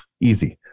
Easy